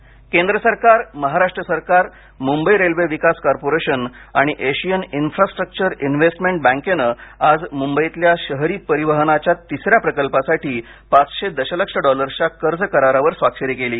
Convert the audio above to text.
मुंबई परिवहन केंद्र सरकार महाराष्ट्र सरकार मुंबई रेल्वे विकास कॉर्पोरेशन आणि एशियन इन्फ्रास्ट्रक्चर इन्व्हेस्टमेंट बँकेने आज मुंबईतल्या शहरी परिवहनाच्या तिसऱ्या प्रकल्पासाठी पाचशे दशलक्ष डॉलर्सच्या कर्ज करारावर स्वाक्षरी केली